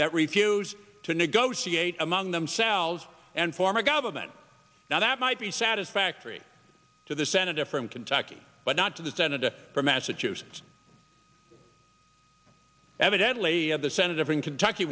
that refuse to negotiate among themselves and form a government now that might be satisfactory to the senator from kentucky but not to the senator from massachusetts evidently the senator from kentucky